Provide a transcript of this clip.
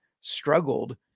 struggled